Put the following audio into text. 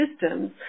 systems